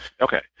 Okay